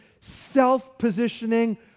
self-positioning